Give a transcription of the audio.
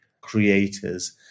creators